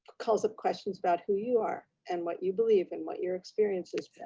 calls up questions about who you are and what you believe, and what your experience has been.